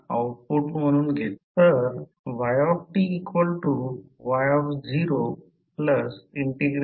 तर या प्रकरणात कोर म्हणून ओळखली जाणारी रिंग गुंडाळलेल्या कॉइलने एक्साईट केली जाते जी N टर्नसह करंट वाहते